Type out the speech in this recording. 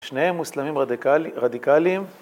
שניהם מוסלמים רדיקליים.